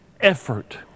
effort